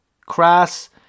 crass